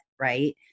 right